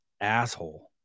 asshole